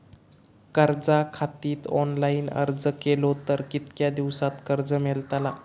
कर्जा खातीत ऑनलाईन अर्ज केलो तर कितक्या दिवसात कर्ज मेलतला?